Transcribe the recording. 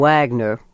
Wagner